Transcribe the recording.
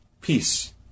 peace